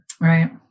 Right